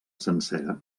sencera